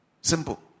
simple